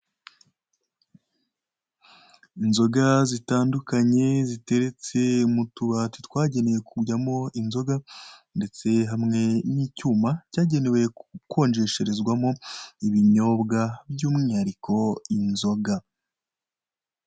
Inzoga zitandukanye ziteretse mu tubati twagenewe kujyamo inzoga, ndetse hamwe n'icyuma cyagenewe gukonjesha ibinyobwa by'umwihariko inzoga.